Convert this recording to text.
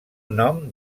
nom